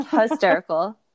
hysterical